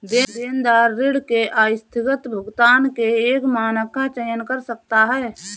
देनदार ऋण के आस्थगित भुगतान के एक मानक का चयन कर सकता है